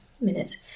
minutes